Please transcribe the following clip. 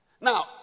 Now